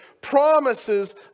promises